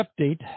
update